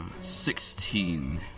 sixteen